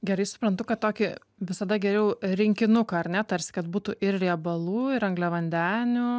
gerai suprantu kad tokį visada geriau rinkinuką ar ne tarsi kad būtų ir riebalų ir angliavandenių